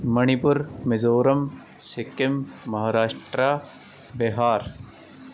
Manipur Mizoram Sikkim Maharashtra Bihar